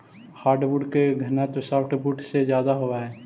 hardwood के घनत्व softwood से ज्यादा होवऽ हइ